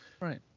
Right